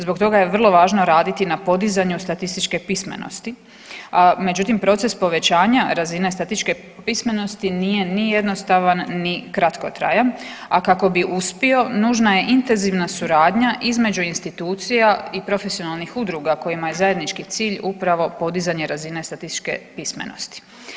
Zbog toga je vrlo važno raditi na podizanju statističke pismenosti, a međutim proces povećanja razine statističke pismenosti nije ni jednostavan, ni kratkotrajan, a kako bi uspio nužna je intenzivna suradnja između institucija i profesionalnih udruga kojima je zajednički cilj upravo podizanje razine statističke pismenosti.